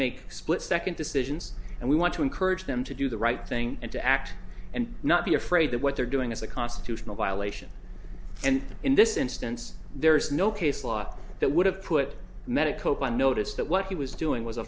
make split second decisions and we want to encourage them to do the right thing and to act and not be afraid that what they're doing is a constitutional violation and in this instance there is no case law that would have put medico by notice that what he was doing was a